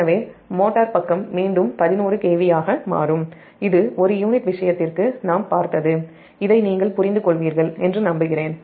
எனவே மோட்டார் பக்கம் மீண்டும் 11 KV ஆக மாறும் இது ஒரு யூனிட் விஷயத்திற்கு நாம் பார்த்தது இதை நீங்கள் புரிந்துகொள்வீர்கள் என்று நம்புகிறேன்